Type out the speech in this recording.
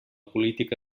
política